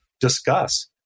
discuss